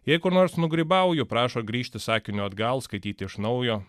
jei kur nors nugrybauju prašo grįžti sakiniu atgal skaityti iš naujo